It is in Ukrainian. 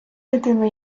дитину